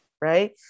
right